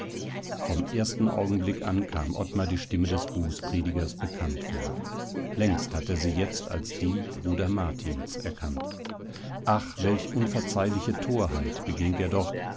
vom ersten augenblick an kam ottmar die stimme des bußpredigers bekannt vor längst hat er sie jetzt als die brüder martins erkannt ach welch unverzeihliche torheit beging er doch